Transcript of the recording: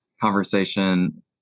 conversation